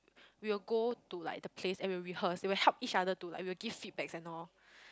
we will go to like the place and we will rehearse we will help each other too like we will give feedbacks and all